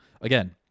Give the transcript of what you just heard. Again